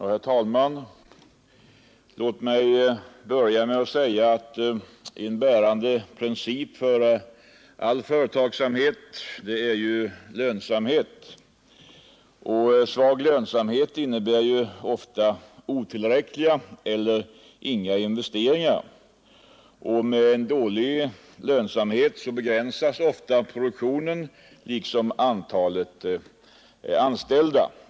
Herr talman! Låt mig börja med att säga att en bärande princip för all företagsamhet är lönsamhet. Svag lönsamhet innebär ofta otillräckliga eller inga investeringar, och med dålig lönsamhet begränsas också inte sällan produktionen liksom antalet anställda.